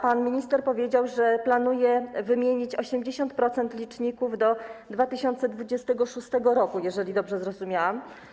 Pan minister powiedział, że planuje wymienić 80% liczników do 2026 r., jeżeli dobrze zrozumiałam.